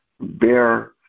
bear